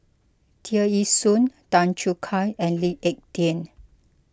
Tear Ee Soon Tan Choo Kai and Lee Ek Tieng